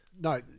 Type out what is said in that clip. No